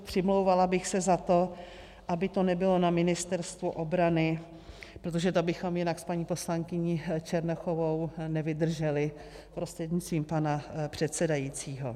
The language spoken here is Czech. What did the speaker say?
Přimlouvala bych se za to, aby to nebylo na Ministerstvu obrany, protože to bychom jinak s paní poslankyní Černochovou nevydrželi, prostřednictvím pana předsedajícího.